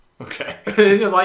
Okay